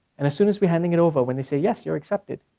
and as soon as we hand it over, when they say, yes you're accepted,